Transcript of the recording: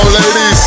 ladies